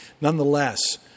Nonetheless